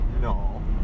No